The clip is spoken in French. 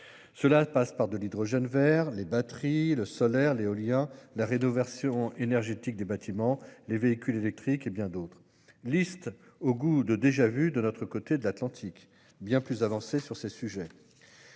en développant l'hydrogène vert, les batteries, le solaire, l'éolien, la rénovation énergétique des bâtiments, les véhicules électriques ... Cette énumération a un goût de déjà-vu de notre côté de l'Atlantique, bien plus avancé sur ces sujets.